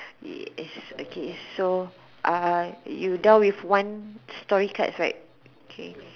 yes okay so uh you're down to one story cards right